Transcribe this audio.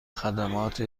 خدمات